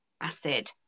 acid